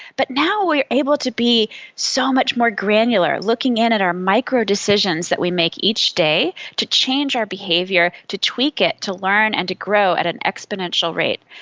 but now we are able to be so much more granular, looking in at our micro decisions that we make each day to change our behaviour, to tweak it, to learn and to grow at an exponential rate.